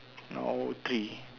now three